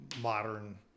modern